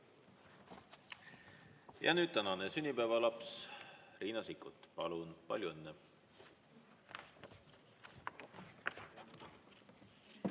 Ja nüüd tänane sünnipäevalaps Riina Sikkut, palun! Palju õnne!